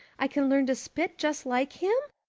i can learn to spit just like him?